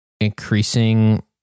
increasing